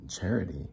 charity